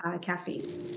caffeine